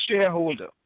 shareholder